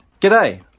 G'day